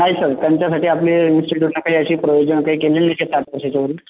नाही सर त्यांच्यासाठी आपले इंस्टिट्यूटनं काही अशी प्रोविजन काही केलेली नाही साठ वर्षाच्या वरून